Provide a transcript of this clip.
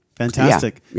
Fantastic